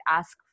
ask